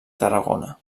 tarragona